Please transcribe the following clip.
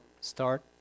start